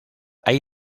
hay